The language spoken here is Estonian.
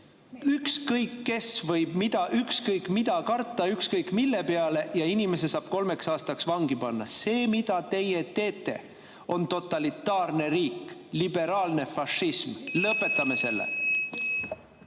Ükskõik kes võib ükskõik mida karta ükskõik mille peale ja inimese saab kolmeks aastaks vangi panna. See, mida teie teete, on totalitaarne riik, liberaalne fašism. Lõpetame selle!